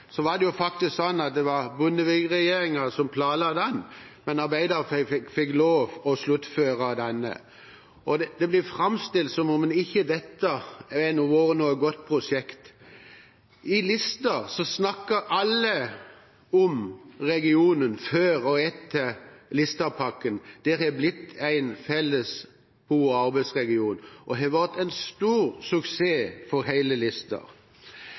Det blir framstilt som om det ikke har vært noe godt prosjekt. I Lister snakker alle om regionen før og etter Listerpakken. Det er blitt en felles, god arbeidsregion. Det har vært en stor suksess for hele Lister. Denne regjeringen styrer i all hovedsak etter